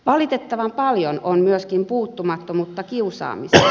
valitettavan paljon on myöskin puuttumattomuutta kiusaamiseen